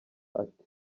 ati